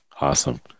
Awesome